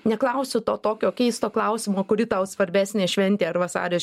neklausiu to tokio keisto klausimo kuri tau svarbesnė šventė ar vasario